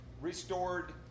restored